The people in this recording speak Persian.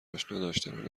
آشناداشتن